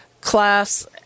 class